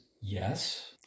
yes